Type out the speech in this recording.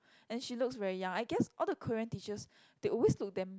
and she looks very young I guess all the Korean teachers they always look damn